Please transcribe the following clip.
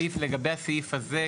לגבי הסעיף הזה,